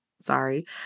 sorry